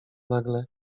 nagle